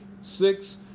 six